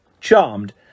Charmed